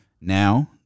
Now